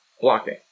blocking